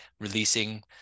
releasing